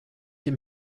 dem